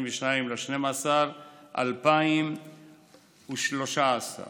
22 בדצמבר 2013.